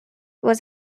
was